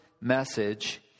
message